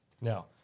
Now